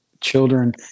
children